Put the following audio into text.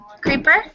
Creeper